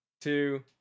two